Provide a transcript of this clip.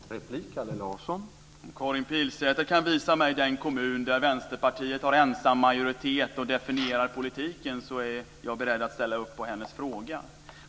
Herr talman! Karin Pilsäter kan visa mig den kommun där Vänsterpartiet har ensam majoritet och definierar politiken. Då är jag beredd att ställa upp på hennes fråga.